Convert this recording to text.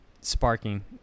sparking